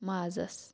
مازَس